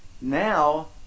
Now